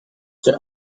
the